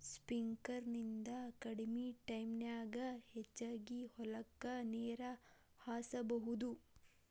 sprinkler ನಿಂದ ಕಡಮಿ ಟೈಮನ್ಯಾಗ ಹೆಚಗಿ ಹೊಲಕ್ಕ ನೇರ ಹಾಸಬಹುದು